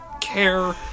care